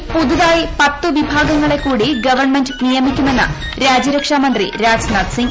സൈനൃത്തിൽ പുതുതായി പ്ത്ത് വിഭാഗങ്ങളെ കൂടി ഗവൺമെന്റ് നിയമിക്കുമെന്ന് രാജ്യരൂക്ഷ്ട് മന്ത്രി രാജ്നാഥ് സിങ്ങ്